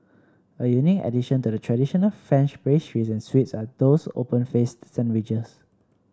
a unique addition to the traditional French pastries and sweets are those open faced sandwiches